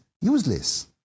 useless